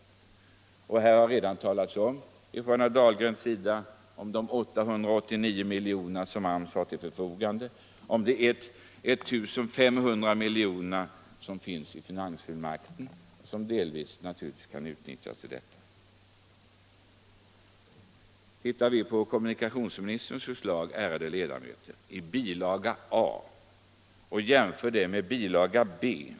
Herr Dahlgren har redan talat om de 889 miljonerna som AMS har till förfogande och om de 1 500 miljonerna som finns i finansfullmakten och som naturligtvis delvis kan utnyttjas för detta ändamål.